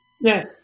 Yes